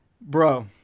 Bro